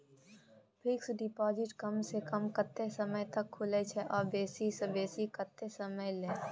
Fixed deposit कम स कम कत्ते समय ल खुले छै आ बेसी स बेसी केत्ते समय ल?